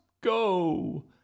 go